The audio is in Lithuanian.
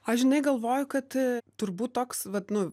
aš žinai galvoju kad turbūt toks vat nu